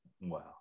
Wow